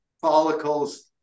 follicles